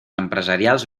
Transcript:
empresarials